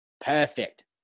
Perfect